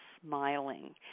smiling